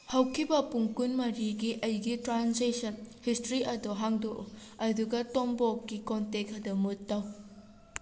ꯍꯧꯈꯤꯕ ꯄꯨꯡ ꯀꯨꯟꯃꯔꯤꯒꯤ ꯑꯩꯒꯤ ꯇ꯭ꯔꯥꯟꯖꯦꯛꯁꯟ ꯍꯤꯁꯇ꯭ꯔꯤ ꯑꯗꯨ ꯍꯥꯡꯗꯣꯛꯎ ꯑꯗꯨꯒ ꯇꯣꯝꯄꯣꯛꯀꯤ ꯀꯣꯟꯇꯦꯛ ꯑꯗꯨ ꯃꯨꯠ ꯇꯧ